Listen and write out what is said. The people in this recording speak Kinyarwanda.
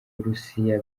burusiya